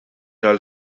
għall